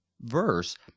verse